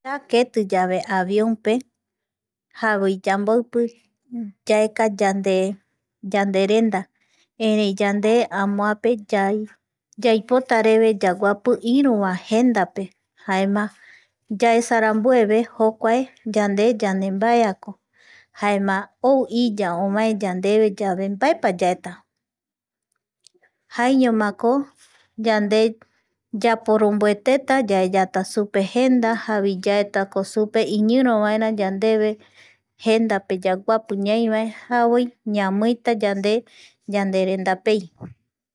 Yaja yave ketiyave avion pe, javoi yamboipi yaeka yanderenda erei yande amope yaipotareve yaguapi iru va jendape jaema yaesa rambueve jokuae yande yandembaeako jaema ou iya ovae yandeve yave mbaepa yaeta jaiñomakoyande yaporombeteta yaeyeta jenda supe jare yaetako supe iñiro vaera yandeve jendape yaguapi ñaivae javoi ñamiita yande yande rendapei